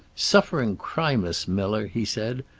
suffering crimus, miller, he said.